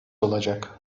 olacak